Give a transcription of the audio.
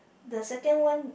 the second one